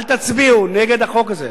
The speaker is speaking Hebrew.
אל תצביעו נגד החוק הזה.